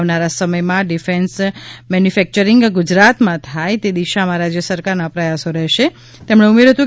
આવનારા સમયમાં defence manufacturing ગુજરાતમાં થાય તે દિશામાં રાજ્ય સરકારના પ્રયાસો રહેશે તેમ ઉમેર્યું હતું